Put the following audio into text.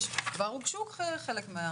כבר הוגשו חלק.